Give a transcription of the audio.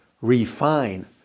refine